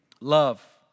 Love